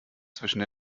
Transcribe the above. zwischen